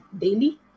daily